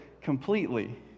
completely